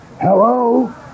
Hello